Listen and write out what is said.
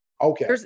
Okay